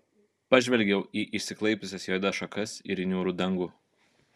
pažvelgiau į išsiklaipiusias juodas šakas ir niūrų dangų